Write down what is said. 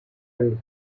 and